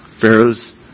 Pharaoh's